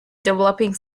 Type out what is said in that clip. developing